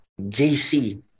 JC